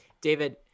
david